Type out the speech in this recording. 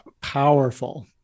powerful